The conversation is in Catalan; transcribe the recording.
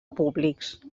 públics